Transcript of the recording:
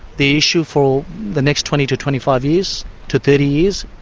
the issue, for the next twenty to twenty five years to thirty years